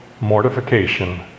mortification